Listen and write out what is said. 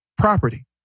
property